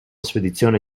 spedizione